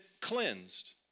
cleansed